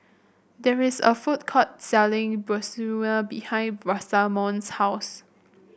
there is a food court selling Bratwurst behind Rosamond's house